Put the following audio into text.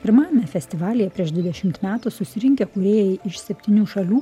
pirmajame festivalyje prieš dvidešimt metų susirinkę kūrėjai iš septynių šalių